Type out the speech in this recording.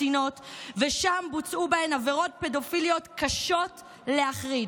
הקטינות ושם בוצעו בהן עבירות פדופיליות קשות להחריד.